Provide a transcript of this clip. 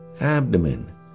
abdomen